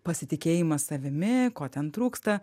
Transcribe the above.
pasitikėjimas savimi ko ten trūksta